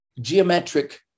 geometric